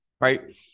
Right